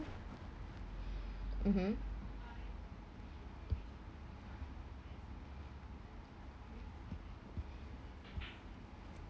mmhmm